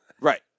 Right